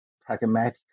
pragmatic